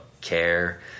care